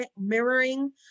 mirroring